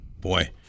Boy